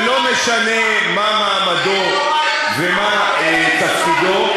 ולא משנה מה מעמדו ומה תפקידו.